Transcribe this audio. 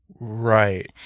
Right